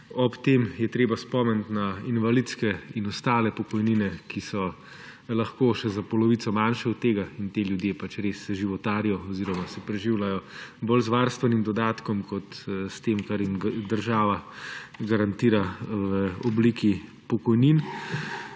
Ob tem je treba spomniti na invalidske in ostale pokojnine, ki so lahko še za polovico manjše od tega in ti ljudje res životarijo oziroma se preživljajo bolj z varstvenim dodatkom kot s tem, kar jim država garantira v obliki pokojnin.